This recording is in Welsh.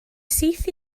syth